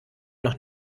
noch